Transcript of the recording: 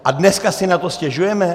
A dneska si na to stěžujeme?